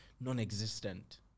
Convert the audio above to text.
non-existent